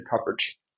coverage